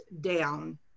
down